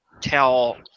tell